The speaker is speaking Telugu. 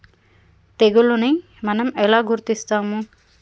తెగులుని మనం ఎలా గుర్తిస్తాము?